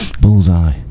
Bullseye